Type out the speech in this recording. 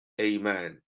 amen